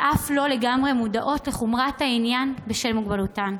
שאף לא לגמרי מודעות לחומרת העניין בשל מוגבלותן.